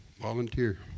Volunteer